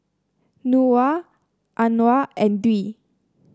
Nura Anuar and Dwi